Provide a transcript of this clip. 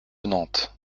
nantes